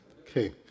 Okay